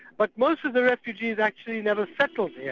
but most of the refugees actually never settled here,